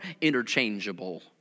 interchangeable